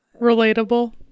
relatable